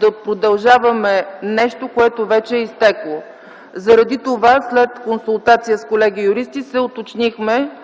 да продължаваме нещо, което вече е изтекло. Заради това, след консултация с колеги юристи, се уточнихме,